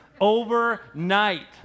overnight